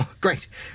Great